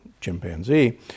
chimpanzee